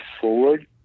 forward